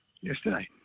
yesterday